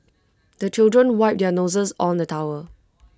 the children wipe their noses on the towel